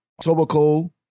Tobacco